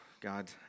God